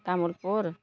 Tamulpur